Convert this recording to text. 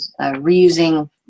reusing